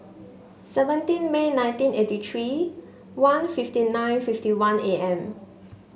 seventeen May nineteen eighty three one fifty nine fifty one A M